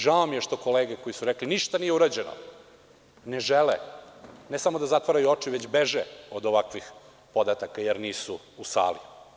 Žao mi je što kolege koje su rekle da ništa nije urađeno ne žele, ne samo da zatvaraju oči, već beže od ovakvih podataka, jer nisu u sali.